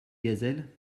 gazelles